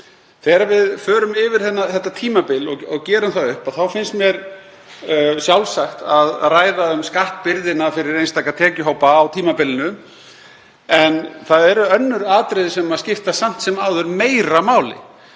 Þegar við förum yfir þetta tímabil og gerum það upp þá finnst mér sjálfsagt að ræða um skattbyrðina fyrir einstaka tekjuhópa á tímabilinu. En það eru önnur atriði sem skipta samt sem áður meira máli.